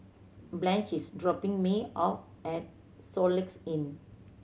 Blanch is dropping me off at Soluxe Inn